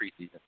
preseason